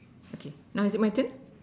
okay now is it my turn